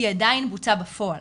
היא עדיין בוצעה בפועל,